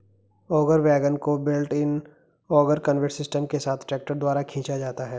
auger wagon को built in auger conveyor system के साथ ट्रैक्टर द्वारा खींचा जाता है